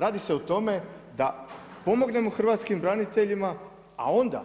Radi se o tome, da pomognemo hrvatskim braniteljima, a onda,